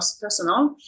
personal